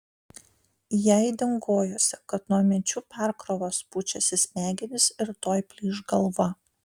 jai dingojosi kad nuo minčių perkrovos pučiasi smegenys ir tuoj plyš galva